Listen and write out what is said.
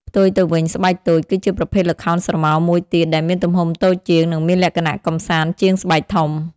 ផ្ទុយទៅវិញ ស្បែកតូច គឺជាប្រភេទល្ខោនស្រមោលមួយទៀតដែលមានទំហំតូចជាង និងមានលក្ខណៈកម្សាន្តជាងស្បែកធំ។